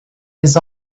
his